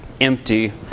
empty